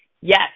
Yes